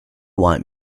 want